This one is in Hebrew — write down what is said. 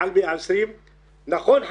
מעל 120. נכון,